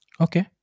Okay